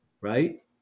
Right